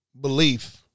belief